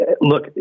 Look